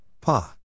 Pa